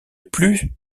plus